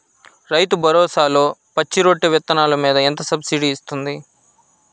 రైతు భరోసాలో పచ్చి రొట్టె విత్తనాలు మీద ఎంత సబ్సిడీ ఇస్తుంది?